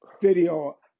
video